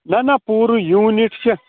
نہَ نہَ پوٗرٕ پوٗنِٹ چھُ